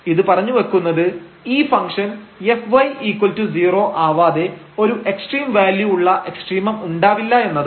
ഇത് പറഞ്ഞുവെക്കുന്നത് ഈ ഫംഗ്ഷൻfy0 ആവാതെ ഒരു എക്സ്ട്രീം വാല്യൂ ഉള്ള എക്സ്ട്രീമം ഉണ്ടാവില്ല എന്നതാണ്